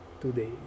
today